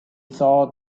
saw